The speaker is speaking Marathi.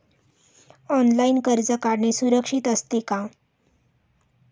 ऑनलाइन कर्ज काढणे सुरक्षित असते का?